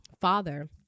Father